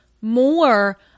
more